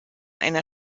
einer